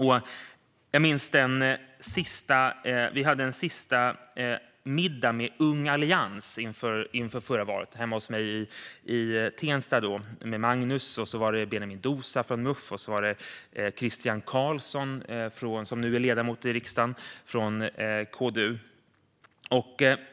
Jag minns den sista middagen som vi hade med Ung Allians inför förra valet hemma hos mig i Tensta. Det var Magnus, Benjamin Dousa från MUF och Christian Carlsson från KDU som nu är ledamot i riksdagen.